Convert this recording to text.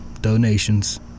donations